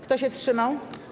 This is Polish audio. Kto się wstrzymał?